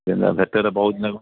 ସେ ନା ଭେଟରେ ବହୁତ ନେବ